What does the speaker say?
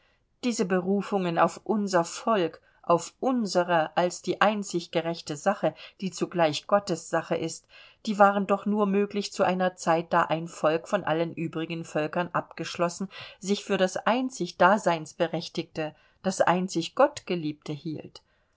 diese berufungen auf unser volk auf unsere als die einzig gerechte sache die zugleich gottes sache ist die waren doch nur möglich zu einer zeit da ein volk von allen übrigen völkern abgeschlossen sich für das einzig daseinsberechtigte das einzig gottgeliebte hielt